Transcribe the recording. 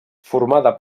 formada